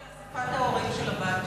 ואני אוכל להגיע לאספת ההורים של הבת שלי.